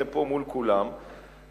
מול כולם,